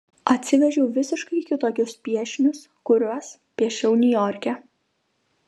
atsivežiau visiškai kitokius piešinius kuriuos piešiau niujorke